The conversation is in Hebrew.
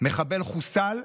מחבל חוסל,